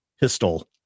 pistol